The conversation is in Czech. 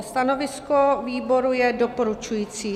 Stanovisko výboru je doporučující.